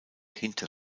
hinter